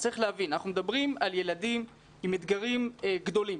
צריך להבין שאנחנו מדברים על ילדים עם אתגרים גדולים